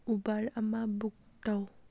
Uber ꯑꯃ ꯕꯨꯛ ꯇꯧ